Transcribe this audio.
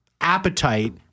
appetite